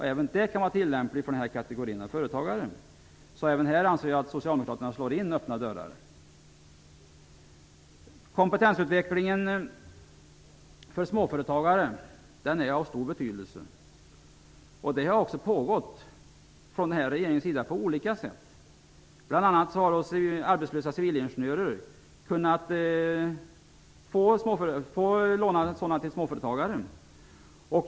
Det kan vara tillämpligt för den här kategorin av företagare. Även här anser jag att socialdemokraterna slår in öppna dörrar. Kompetensutveckling för småföretagare är av stor betydelse. Sådan har också bedrivits på olika sätt från den här regeringens sida. Småföretagare har bl.a. kunnat få låna arbetslösa civilingenjörer.